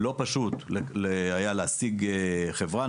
לא פשוט היה להשיג חברה,